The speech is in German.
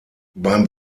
beim